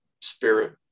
spirit